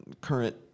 current